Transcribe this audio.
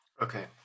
Okay